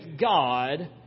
God